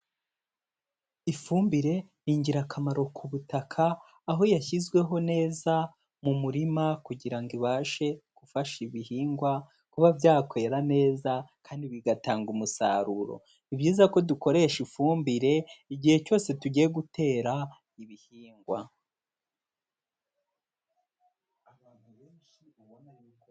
Ifumbire n'ingirakamaro ku butaka aho yashyizweho neza mu murima kugira ngo ibashe gufasha ibihingwa kuba byakwera neza kandi bigatanga umusaruro, ni byiza ko dukoresha ifumbire igihe cyose tugiye gutera ibihingwa.